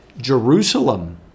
Jerusalem